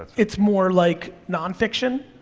it's more like nonfiction?